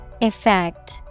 Effect